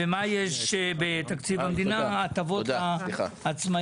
ומה יש בתקציב המדינה מבחינת הטבות לעצמאיים?